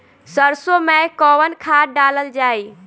सरसो मैं कवन खाद डालल जाई?